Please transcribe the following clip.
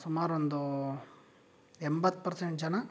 ಸುಮಾರು ಒಂದು ಎಂಬತ್ತು ಪರ್ಸೆಂಟ್ ಜನ